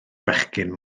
bechgyn